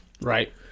right